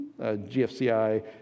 GFCI